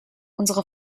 unsere